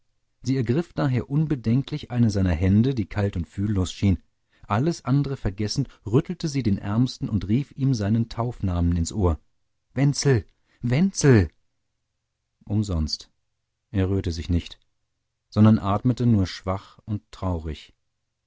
sie ergriff daher unbedenklich eine seiner hände die kalt und gefühllos schien alles andere vergessend rüttelte sie den ärmsten und rief ihm seinen taufnamen ins ohr wenzel wenzel umsonst er rührte sich nicht sondern atmete nur schwach und traurig